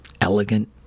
Elegant